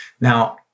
Now